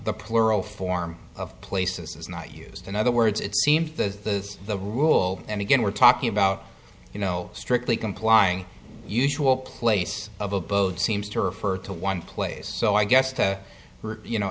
the plural form of places is not used in other words it seems the the rule and again we're talking about you know strictly complying usual place of abode seems to refer to one place so i guess to you know